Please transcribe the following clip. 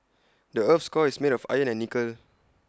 the Earth's core is made of iron and nickel